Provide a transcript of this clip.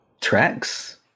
tracks